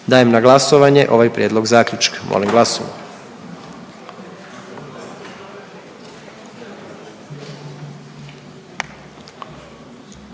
Dajem na glasovanje prijedlog odluke. Molim vas!